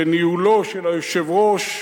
בניהולו של היושב-ראש,